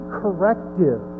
corrective